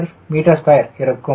3 kgm2 இருக்கும்